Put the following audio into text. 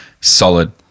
Solid